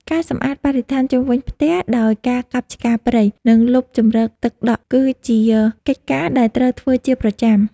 ការសម្អាតបរិស្ថានជុំវិញផ្ទះដោយការកាប់ឆ្ការព្រៃ និងលុបជម្រកទឹកដក់គឺជាកិច្ចការដែលត្រូវធ្វើជាប្រចាំ។